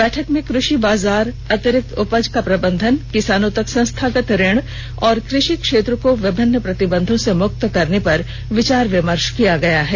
बैठक में कृषि बाजार अतिरिक्त उपज का प्रबंधन किसानों तक संस्थागत ऋण और कृ षि क्षेत्र को विभिन्न प्रतिबंधों से मुक्त करने पर विचार विमर्श किया गया है